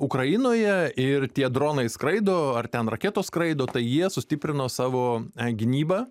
ukrainoje ir tie dronai skraido ar ten raketos skraido tai jie sustiprino savo gynybą